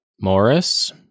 Morris